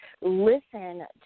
listen